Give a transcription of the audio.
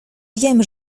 wiem